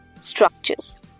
structures